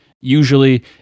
Usually